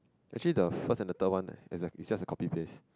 actually the first and the third one eh it just a copy paste